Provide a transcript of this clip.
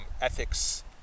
ethics